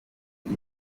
iza